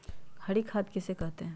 हरी खाद किसे कहते हैं?